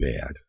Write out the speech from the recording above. bad